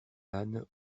lannes